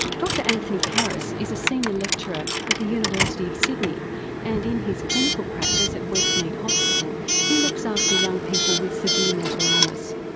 dr anthony harris is a senior lecturer at the university of sydney and in his clinical practice at westmead hospital he looks after young people with severe mental illness.